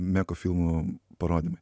meko filmų parodymai